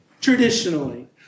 traditionally